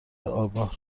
آگاه